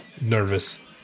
nervous